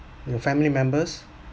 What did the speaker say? your family members